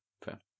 fair